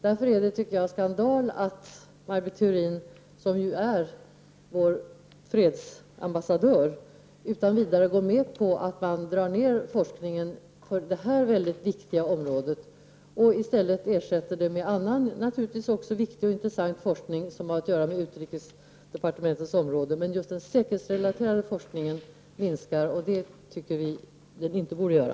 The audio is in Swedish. Därför tycker jag att det är skandal att Maj Britt Theorin, som är vår fredsambassadör, utan vidare går med på att forskningen på detta mycket viktiga område dras ned och i stället ersätts med annan forskning på utrikesdepartementets område, som naturligtvis också är viktig och intressant. Men just den säkerhetsrelaterade forskningen minskar, och det tycker vi att den inte borde göra.